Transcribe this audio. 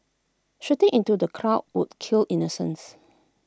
shooting into the crowd would kill innocents